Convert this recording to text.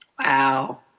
Wow